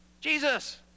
Jesus